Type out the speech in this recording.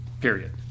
Period